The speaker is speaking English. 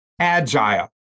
agile